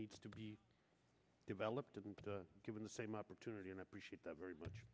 needs to be developed and given the same opportunity and appreciate that very much